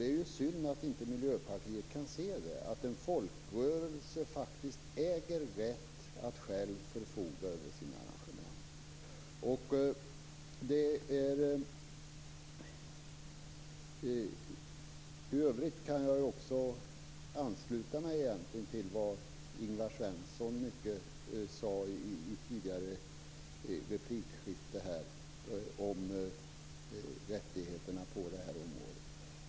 Det är synd att Miljöpartiet inte kan se att en folkrörelse faktiskt äger rätt att själv förfoga över sina arrangemang. Jag kan i övrigt ansluta mig till det som Ingvar Svensson sade i ett tidigare replikskifte om rättigheterna på det här området.